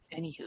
Anywho